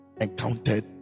encountered